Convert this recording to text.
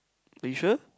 are you sure